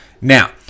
now